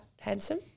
handsome